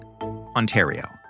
Ontario